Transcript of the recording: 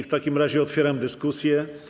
W takim razie otwieram dyskusję.